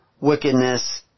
wickedness